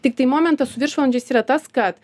tiktai momentas su viršvalandžiais yra tas kad